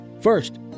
First